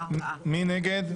מי נגד?